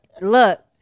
look